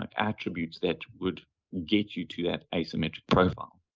um attributes that would get you to that asymmetric profile.